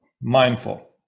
mindful